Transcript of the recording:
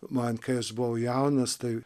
man kai aš buvau jaunas tai